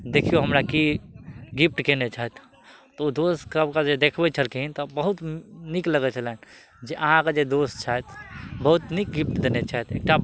देखियौ हमरा की गिफ्ट केने छथि तऽ ओ दोस्त सबके जे देखबै छलखिन तऽ बहुत नीक लगै छलनि जे अहाँके जे दोस्त छथि बहुत नीक गिफ्ट देने छथि एकटा